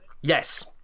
yes